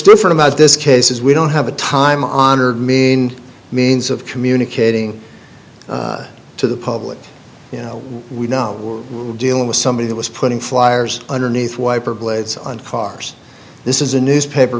different about this case is we don't have a time honored mean means of communicating to the public you know we know we're dealing with somebody that was putting flyers underneath wiper blades on cars this is a newspaper